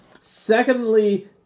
secondly